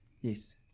yes